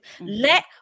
let